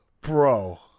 bro